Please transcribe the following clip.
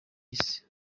isi